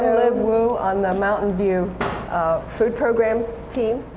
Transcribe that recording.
liv wu on the mountain view food program team,